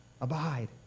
Abide